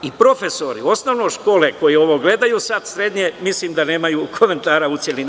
Profesori osnovne škole koji ovo gledaju sad mislim da nemaju komentara u celini.